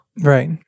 right